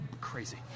crazy